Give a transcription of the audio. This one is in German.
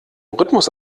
rhythmus